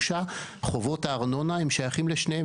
חובות הארנונה הם שייכים לשניהם.